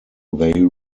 they